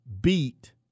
beat